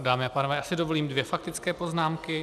Dámy a pánové, já si dovolím dvě faktické poznámky.